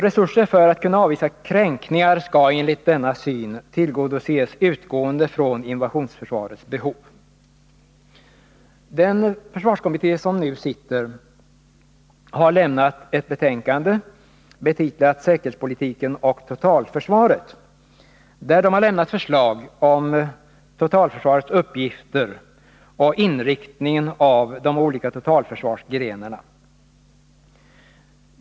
Resurser för att kunna avvisa kränkningar skall enligt denna syn tillgodoses utgående från invasionsförsvarets behov. Den försvarskommitté som nu arbetar har avgivit ett betänkande betitlat Säkerhetspolitiken och totalförsvaret, där den lämnat förslag om totalförsvarets uppgifter och inriktningen av de olika totalförsvarsgrenarna.